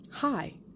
Hi